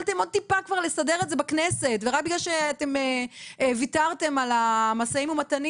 יכולתם עוד טיפה כבר לסדר את זה בכנסת ורק בגלל שוויתרתם על המשאים ומתנים